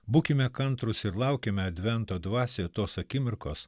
būkime kantrūs ir laukime advento dvasioj tos akimirkos